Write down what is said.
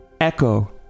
echo